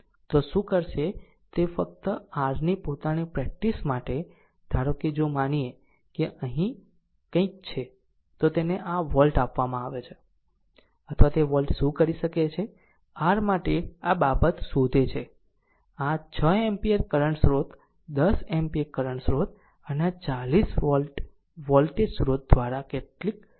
તો શું કરશે તે ફક્ત r ની પોતાની પ્રેક્ટિસ માટે ધારો કે જો માનીએ કે કંઈક અહીં છે તો તેને આ વોલ્ટ આપવામાં આવે છે અથવા તે વોલ્ટ શું કરી શકે છે r માટે આ બાબત શોધે છે કે આ 6 એમ્પીયર કરંટ સ્રોત 10 એમ્પીયર કરંટ સ્રોત અને આ 40 વોલ્ટ વોલ્ટેજ સ્રોત દ્વારા કેટલી સપ્લાય કરવામાં આવે છે